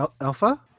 Alpha